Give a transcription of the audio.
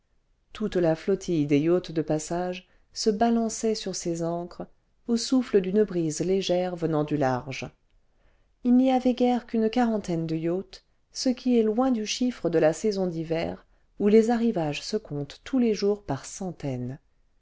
toute la flottille des yachts de passage se balançait sur ses ancres au souffle d'une brise légère venant du large il n'y avait guère qu'une quarantaine de yachts ce qui est loin du chiffre de la saison d'hiver où les arrivages se comptent tous les jours par centaines